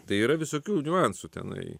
tai yra visokių niuansų tenai